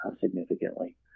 significantly